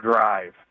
drive